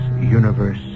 universe